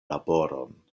laboron